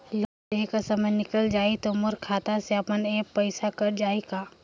Loan देहे कर समय निकल जाही तो मोर खाता से अपने एप्प पइसा कट जाही का?